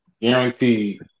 Guaranteed